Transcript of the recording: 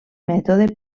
mètode